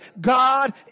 God